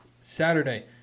Saturday